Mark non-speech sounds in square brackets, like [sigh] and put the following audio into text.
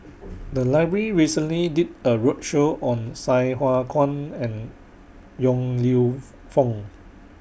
[noise] The Library recently did A roadshow on Sai Hua Kuan and Yong Lew Foong